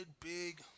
big